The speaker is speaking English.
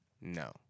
No